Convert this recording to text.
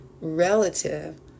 relative